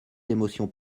l’émotion